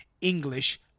English